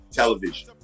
television